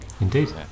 indeed